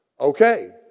Okay